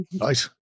Right